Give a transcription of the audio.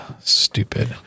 Stupid